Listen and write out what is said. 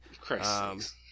Christ